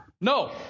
No